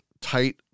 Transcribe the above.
tight